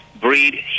breed